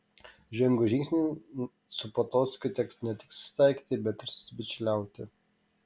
žengus žingsnį su potockiu teks ne tik susitaikyti bet ir susibičiuliauti